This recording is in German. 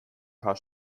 paar